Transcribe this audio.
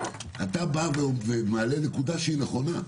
אתה מעלה נקודה שהיא נכונה,